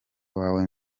wawe